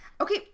okay